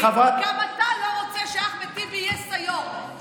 גם אתה לא רוצה שאחמד טיבי יהיה סגן יו"ר.